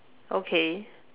okay